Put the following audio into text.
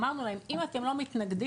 אמרנו להם: אם אתם לא מתנגדים,